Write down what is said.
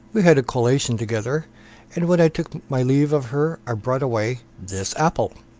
we had a collation together and, when i took my leave of her, i brought away this apple.